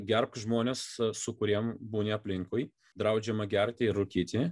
gerbk žmones su kuriem būni aplinkui draudžiama gerti ir rūkyti